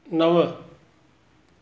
नव